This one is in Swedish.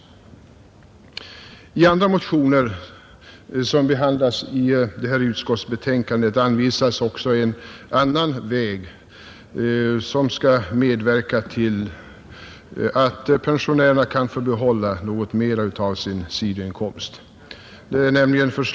I andra motioner, som behandlas i det här utskottsbetänkandet, redovisas ytterligare en väg som kan medverka till att pensionärerna får behålla något mera av sin sidoinkomst. Bl.